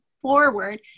forward